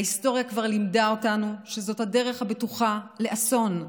ההיסטוריה כבר לימדה אותנו שזאת הדרך הבטוחה לאסון.